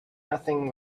nothing